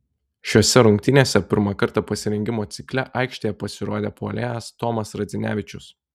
šiose rungtynėse pirmą kartą pasirengimo cikle aikštėje pasirodė puolėjas tomas radzinevičius